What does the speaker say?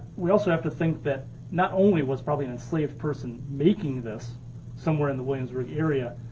we also have to think that, not only was probably an enslaved person making this somewhere in the williamsburg area,